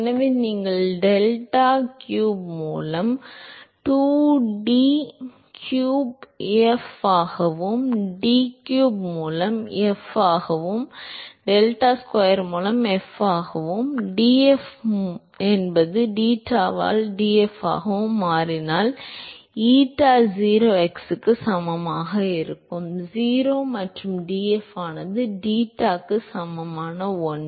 எனவே நீங்கள் theta cube மூலம் 2 டி கியூப் எஃப் ஆகவும் டீ க்யூப் மூலம் எஃப் ஆகவும் டெட்டா ஸ்கொயர் மூலம் எஃப் ஆகவும் டிஎஃப் என்பது டிடாவால் டிஎஃப் ஆகவும் மாறினால் ஈட்டா 0 x க்கு சமமாக இருக்கும் 0 மற்றும் df ஆனது deta க்கு சமமான 1